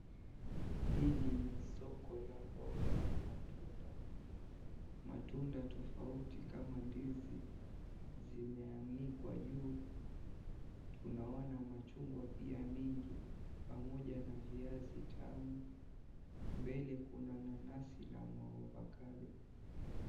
Hili ni soko la mboga na matunda, matunda tofauti kama ndizi zimeanikwa juu, tunaona machungwa pia mingi pamoja na viazi tamu, mbele kuna nanasi na maovacado.